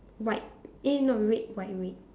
white eh no red white red